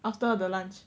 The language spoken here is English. after the lunch